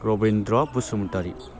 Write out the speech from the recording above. Rabindra Basumatary